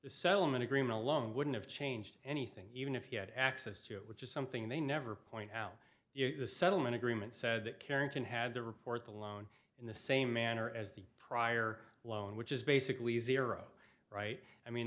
the settlement agreement alone wouldn't have changed anything even if you had access to it which is something they never point out the settlement agreement said that carrington had to report the loan in the same manner as the prior loan which is basically zero right i mean